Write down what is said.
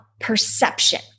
perception